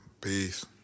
Peace